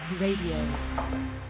Radio